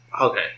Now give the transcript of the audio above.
Okay